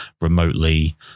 remotely